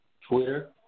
Twitter